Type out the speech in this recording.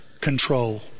control